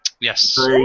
Yes